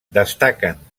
destaquen